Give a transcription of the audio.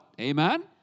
Amen